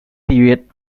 period